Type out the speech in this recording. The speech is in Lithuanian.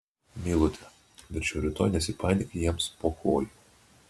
meilute verčiau rytoj nesipainiok jiems po kojų